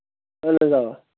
اَہن حظ اَوا